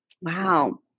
Wow